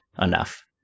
enough